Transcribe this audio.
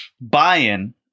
buy-in